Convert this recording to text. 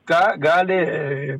ką gali